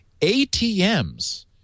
ATMs